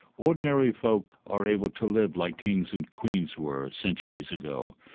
ordinary folk are able to live like kings and queens were centuries ago.